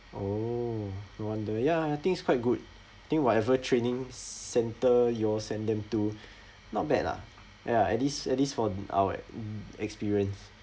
oh no wonder ya I think it's quite good I think whatever training centre you all sent them to not bad lah ya at least at least from our mm experience